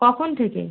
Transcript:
কখন থেকে